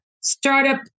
startup